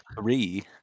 Three